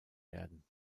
werden